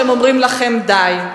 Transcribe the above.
שהם אומרים לכם די.